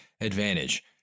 advantage